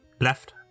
Left